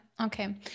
Okay